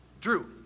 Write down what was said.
Drew